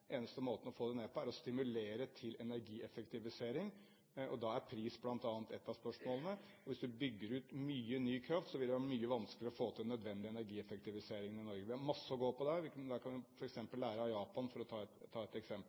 eneste måten å få det ned på er å stimulere til energieffektivisering. Da er pris bl.a. et av spørsmålene. Hvis man bygger ut mye ny kraft, vil det være mye vanskeligere å få til en nødvendig energieffektivisering i Norge. Vi har mye å gå på der. Vi kan lære av Japan – for å ta et eksempel.